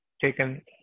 taken